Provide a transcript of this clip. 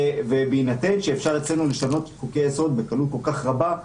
בהינתן שאפשר אצלנו לשנות חוקי יסוד בקלות כל כך רבה,